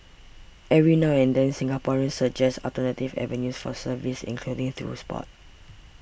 every now and then Singaporeans suggest alternative avenues for service including through sport